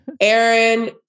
Aaron